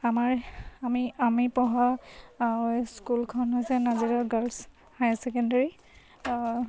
আমাৰ আমি আমি পঢ়া স্কুলখন হৈছে নাজিৰা গাৰ্লছ হায়াৰ ছেকেণ্ডেৰী